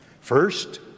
First